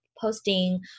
posting